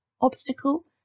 obstacle